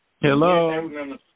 Hello